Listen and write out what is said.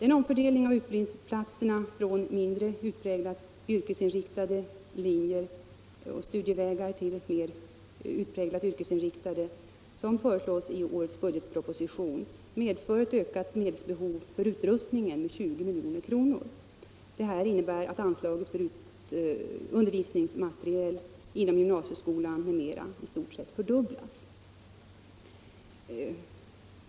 En omfördelning av utbildningsplatserna från mindre utpräglat yrkesinriktade linjer och studievägar till mer utpräglat yrkesinriktade som föreslås i årets budgetproposition medför ett ökat medelsbehov för utrustning med 20 milj.kr. Det innebär att anslaget för undervisningsmateriel inom gymnasieskolan i stort sett fördubblas.